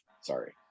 sorry